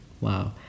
Wow